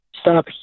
Stop